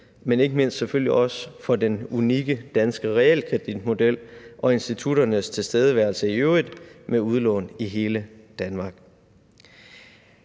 men ikke mindst selvfølgelig også for den unikke danske realkreditmodel og institutternes tilstedeværelse i øvrigt med udlån i hele Danmark.